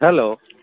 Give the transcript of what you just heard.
hello